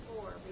Four